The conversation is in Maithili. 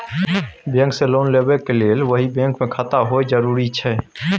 बैंक से लोन लेबै के लेल वही बैंक मे खाता होय जरुरी छै?